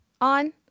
on